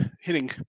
hitting